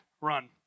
run